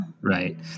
Right